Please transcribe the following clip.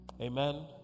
Amen